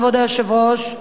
כבוד היושב-ראש,